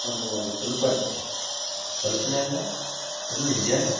ಒಂದು ಒಂದು ಕಲ್ಪನೆ ಕಲ್ಪನೆ ಅಲ್ಲ ಅದು ನಿಜನೇ